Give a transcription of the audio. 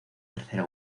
tercera